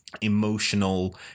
emotional